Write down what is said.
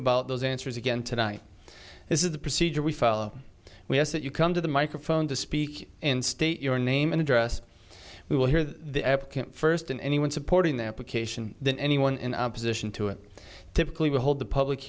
about those answers again tonight this is the procedure we follow we ask that you come to the microphone to speak and state your name and address we will hear the applicant first and anyone supporting their application then anyone in opposition to it typically will hold the public